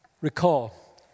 Recall